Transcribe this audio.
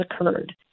occurred